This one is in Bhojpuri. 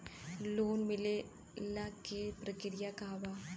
लोन मिलेला के प्रक्रिया का बा?